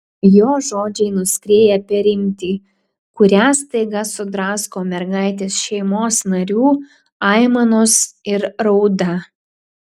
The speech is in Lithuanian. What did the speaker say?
jo žodžiai nuskrieja per rimtį kurią staiga sudrasko mergaitės šeimos narių aimanos ir rauda